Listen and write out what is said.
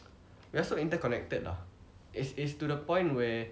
we're so interconnected lah it's it's to the point where